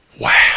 wow